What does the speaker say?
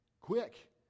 quick